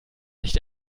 nicht